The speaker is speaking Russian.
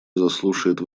заслушает